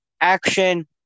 action